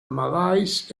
malays